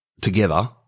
together